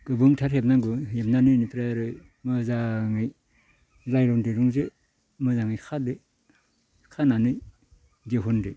गुबुंथार हेबनांगो हेबनानै इनिफ्राय आरो मोजाङै नायलन दिरुंजो मोजाङै खादो खानानै दिहुनदो